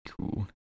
Cool